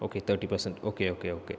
okay thirty percent okay okay okay